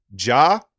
Ja